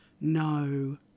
no